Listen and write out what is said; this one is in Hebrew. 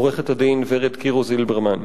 עו"ד ורד קירו-זילברמן.